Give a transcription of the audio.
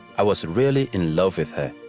i was really in love with her.